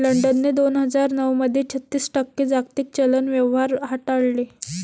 लंडनने दोन हजार नऊ मध्ये छत्तीस टक्के जागतिक चलन व्यवहार हाताळले